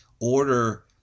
order